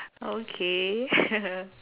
okay